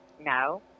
no